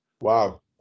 Wow